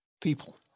people